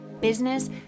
business